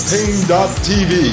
Pain.tv